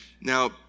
Now